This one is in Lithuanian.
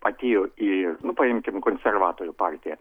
atėjo į paimkim konservatorių partiją